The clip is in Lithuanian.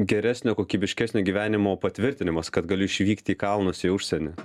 geresnio kokybiškesnio gyvenimo patvirtinimas kad galiu išvykt į kalnus į užsienį